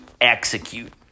execute